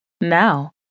Now